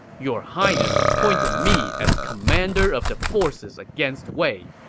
your highness appointed me as commander of the forces against wei.